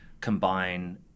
combine